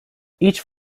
each